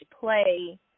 play